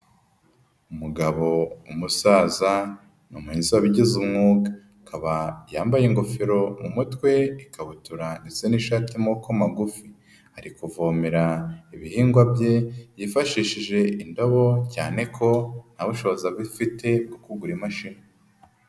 Umugabo w'umusaza ni muhinzi wabigize umwuga, yambaye ingofero umutwe ikabutura ndetse n'ishati y'amaboko magufi, ari kuvomera ibihingwa bye yifashishije indobo cyane ko nta bushobozi afite bwo kugura imashini.